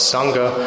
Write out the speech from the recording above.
Sangha